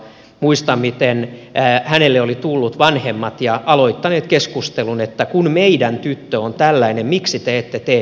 muistan miten hänelle olivat tulleet vanhemmat ja aloittaneet keskustelun että kun meidän tyttö on tällainen miksi te ette tee koulussa mitään